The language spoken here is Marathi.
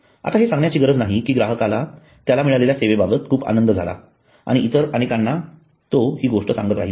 आता हे सांगण्याची गरज नाही कि ग्राहक त्याला मिळालेल्या सेवेबाबत खूप आनंदित झाला आणि इतर अनेकांना हि गोष्ट सांगत राहिला